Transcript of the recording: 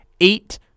eight